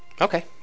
Okay